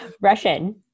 Russian